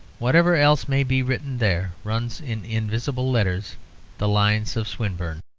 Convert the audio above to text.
whatever else may be written there, runs in invisible letters the lines of swinburne